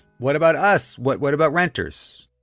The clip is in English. what about us? what what about renters?